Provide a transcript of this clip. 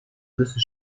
müssen